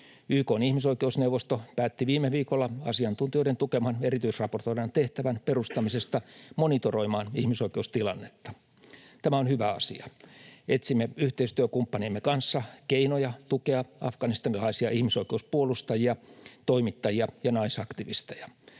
YK:n ihmisoikeusneuvosto päätti viime viikolla asiantuntijoiden tukeman erityisraportoijan tehtävän perustamisesta monitoroimaan ihmisoikeustilannetta. Tämä on hyvä asia. Etsimme yhteistyökumppaniemme kanssa keinoja tukea afganistanilaisia ihmisoikeuspuolustajia, toimittajia ja naisaktivisteja.